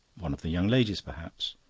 one of the young ladies, perhaps.